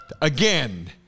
again